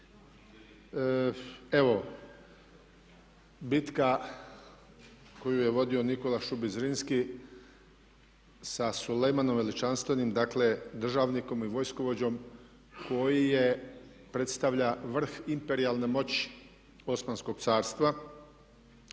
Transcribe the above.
Evo bitka koju je vodio Nikola Šubić Zrinski sa Sulejmanom Veličanstvenim, dakle državnikom i vojskovođom koji predstavlja vrh imperijalne moći Osmanskog carstva,